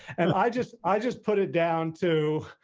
and i just, i just put it down to,